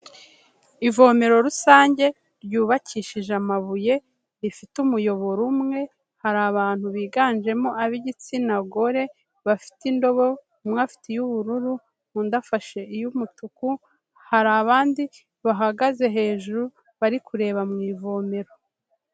Ivomero rusange ryubakishije amabuye, rifite umuyoboro umwe, hari abantu biganjemo ab'igitsina gore bafite indobo, umwe afite iy'ubururu, undi afashe iy'umutuku, hari abandi bahagaze hejuru bari kureba mu ivomero.